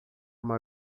uma